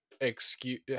excuse